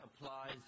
applies